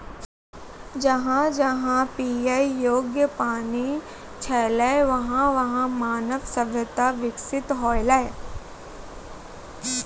जहां जहां पियै योग्य पानी छलै वहां वहां मानव सभ्यता बिकसित हौलै